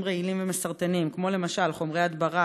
רעילים ומסרטנים כמו למשל חומרי הדברה,